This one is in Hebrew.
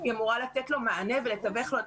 היא אמורה לתת לו מענה ולתווך לו את